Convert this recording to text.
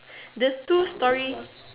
the two story